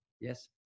Yes